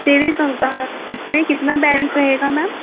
saving کتنا balance رہے گا میم